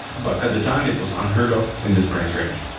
but at the time it was unheard of in this price range.